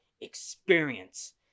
experience